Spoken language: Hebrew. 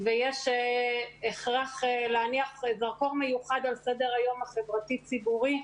ויש הכרח להניח זרקור מיוחד על סדר היום החברתי ציבורי,